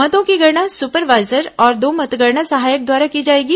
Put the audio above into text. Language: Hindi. मतों की गणना सुपरवाईजर और दो मतगणना सहायक द्वारा की जाएगी